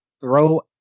throw